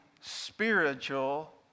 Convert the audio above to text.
spiritual